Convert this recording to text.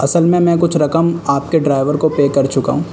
اصل میں میں کچھ رقم آپ کے ڈرائیور کو پے کر چکا ہوں